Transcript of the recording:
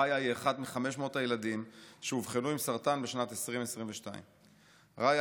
רעיה היא אחת מ-500 הילדים שאובחנו עם סרטן בשנת 2022. רעיה